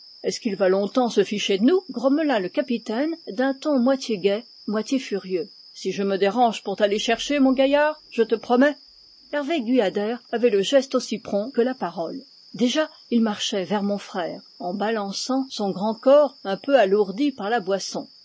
est-ce qu'il va longtemps se ficher de nous grommela le capitaine d'un ton moitié gai moitié furieux si je me dérange pour t'aller chercher mon gaillard je te promets hervé guyader avait le geste aussi prompt que la parole déjà il marchait vers mon frère en balançant son grand corps un peu alourdi par la boisson